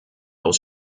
aus